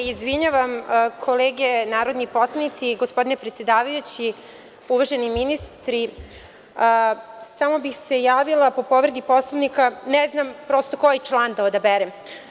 Izvinjavam se, kolege narodni poslanici, gospodine predsedavajući, uvaženi ministri, samo bih se javila po povredi Poslovnika, ne znam koji član da odaberem.